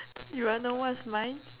you want know what's mine